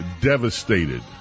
devastated